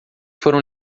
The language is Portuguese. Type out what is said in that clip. foram